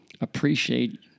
appreciate